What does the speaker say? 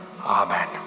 amen